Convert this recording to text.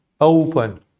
open